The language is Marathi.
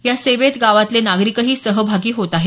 या सेवेत गावातले नागरिकही सहभागी झाले आहेत